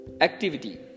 activity